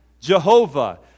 Jehovah